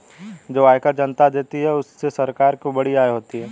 जो आयकर जनता देती है उससे सरकार को बड़ी आय होती है